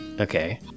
okay